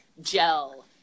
gel